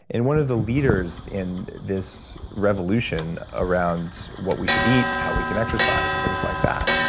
and one of the leaders in this revolution around what we should eat, how we can exercise and things like that.